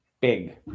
Big